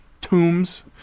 tombs